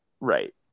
Right